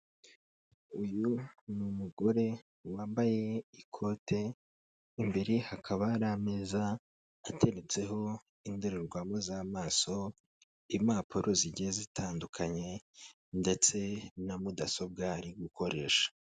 Uyu ni umugore wambaye ikote, imbere hakaba hari ameza ateretseho indorerwamo z'amaso, impapuro zigiye zitandukanye ndetse na mudasobwa ari gukoresha.